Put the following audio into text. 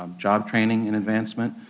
um job training and advancement.